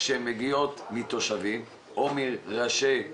שמגיעות אליך מתושבים או מראשי העיריות,